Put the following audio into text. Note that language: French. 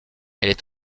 elle